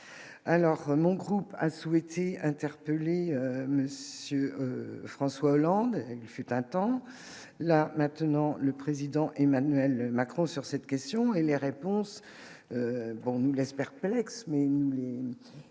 alors mon groupe a souhaité interpeller monsieur François Hollande, il fut un temps, là maintenant, le président Emmanuel Macron sur cette question et les réponses, bon nous laisse perplexes mais nous